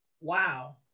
Wow